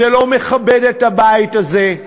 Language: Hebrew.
זה לא מכבד את הבית הזה.